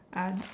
ah